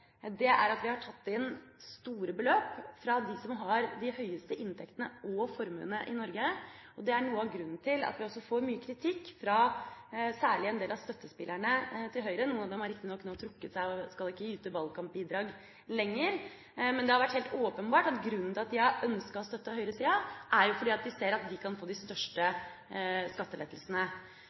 er jo det stikk motsatte. Vi har tatt inn store beløp fra dem som har de høyeste inntektene og formuene i Norge. Det er noe av grunnen til at vi også får mye kritikk, særlig fra en del av støttespillerne til Høyre. Noen av dem har riktignok nå trukket seg og skal ikke yte valgkampbidrag lenger, men det har vært helt åpenbart at grunnen til at de har ønsket å støtte høyresida, er at de ser at de da kan få de største skattelettelsene.